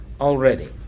already